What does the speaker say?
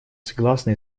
согласны